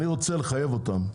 אני רוצה לחייב אותם,